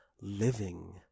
living